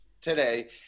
today